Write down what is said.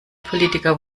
politiker